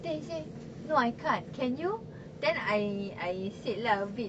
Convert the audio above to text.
then he say no I can't can you then I I said lah a bit